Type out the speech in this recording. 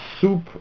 soup